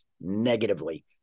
negatively